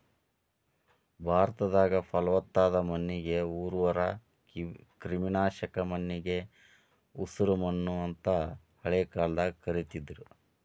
ಭಾರತದಾಗ, ಪಲವತ್ತಾದ ಮಣ್ಣಿಗೆ ಉರ್ವರ, ಕ್ರಿಮಿನಾಶಕ ಮಣ್ಣಿಗೆ ಉಸರಮಣ್ಣು ಅಂತ ಹಳೆ ಕಾಲದಾಗ ಕರೇತಿದ್ರು